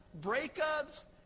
breakups